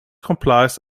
complies